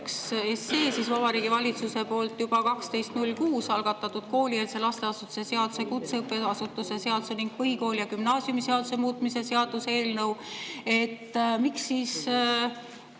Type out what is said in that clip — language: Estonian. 231 SE, Vabariigi Valitsuse poolt juba 12.06 algatatud koolieelse lasteasutuse seaduse, kutseõppeasutuse seaduse ning põhikooli- ja gümnaasiumiseaduse muutmise seaduse eelnõu. Kui Vabariigi